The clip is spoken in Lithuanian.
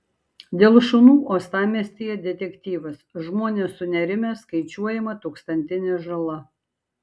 dėl šunų uostamiestyje detektyvas žmonės sunerimę skaičiuojama tūkstantinė žala